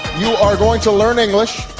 you are going to learn english,